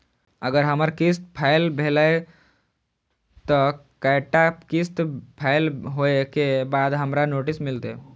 अगर हमर किस्त फैल भेलय त कै टा किस्त फैल होय के बाद हमरा नोटिस मिलते?